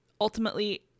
ultimately